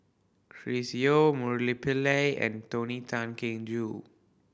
Chris Yeo Murali Pillai and Tony Tan Keng Joo